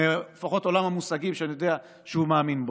לפחות מעולם המושגים שאני יודע שהוא מאמין בו,